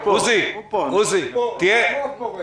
שהיושב-ראש אמר: הוא נכנס רק לחוק המעצרים